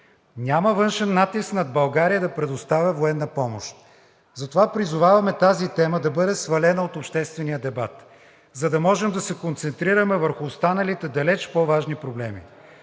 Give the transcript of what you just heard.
Няма външен натиск над България да предоставя военна помощ. Затова призоваваме тази тема да бъде свалена от обществения дебат, за да можем да се концентрираме върху останалите далеч по-важни проблеми.